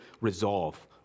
resolve